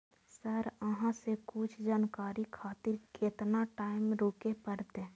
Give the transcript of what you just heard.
Sir अहाँ से कुछ जानकारी खातिर केतना टाईम रुके परतें?